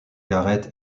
garrett